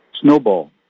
Snowball